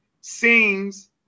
seems